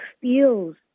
feels